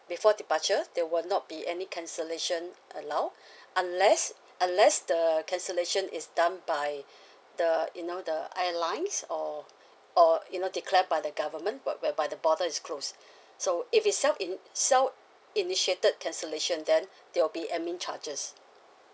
before departure there will not be any cancellation allow unless unless the cancellation is done by the you know the airlines or or you know declare by the government what whereby the border is closed so if it's self in~ self-initiated cancellation then there will be admin charges